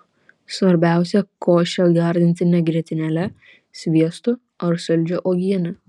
svarbiausia košę gardinti ne grietinėle sviestu ar saldžia uogiene